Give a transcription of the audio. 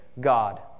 God